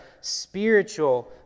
spiritual